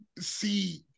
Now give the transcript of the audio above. see